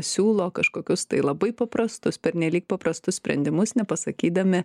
siūlo kažkokius tai labai paprastus pernelyg paprastus sprendimus nepasakydami